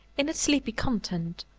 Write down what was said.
in its sleepy content,